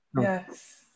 Yes